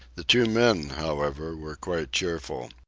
the two men, however, were quite cheerful.